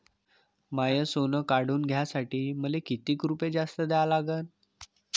माय सोनं काढून घ्यासाठी मले कितीक रुपये जास्त द्या लागन?